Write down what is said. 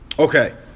Okay